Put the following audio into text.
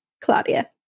Claudia